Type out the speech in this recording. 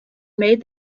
made